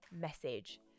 message